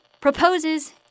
proposes